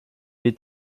est